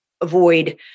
avoid